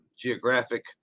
Geographic